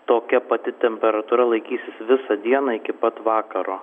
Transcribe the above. tokia pati temperatūra laikysis visą dieną iki pat vakaro